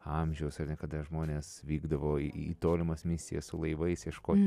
amžiaus ar ne kada žmonės vykdavo į į tolimas misijas su laivais ieškoti